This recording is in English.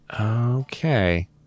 Okay